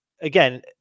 again